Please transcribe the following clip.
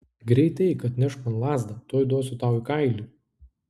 greit eik atnešk man lazdą tuoj duosiu tau į kailį